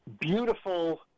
beautiful